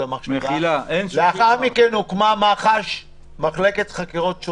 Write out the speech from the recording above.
שמשטרה צריכה לאכוף את העניין של הקורונה זו טרגדיה גדולה